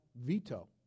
veto